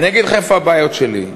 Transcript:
אני אגיד לך איפה הבעיות שלי.